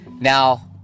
Now